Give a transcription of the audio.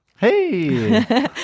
Hey